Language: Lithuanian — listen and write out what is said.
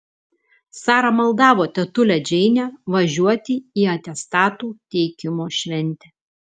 sara maldavo tetulę džeinę važiuoti į atestatų teikimo šventę